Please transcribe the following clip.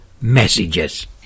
messages